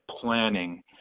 planning